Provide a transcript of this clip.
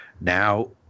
now